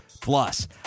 Plus